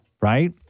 Right